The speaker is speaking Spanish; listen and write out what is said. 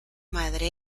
madre